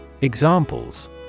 Examples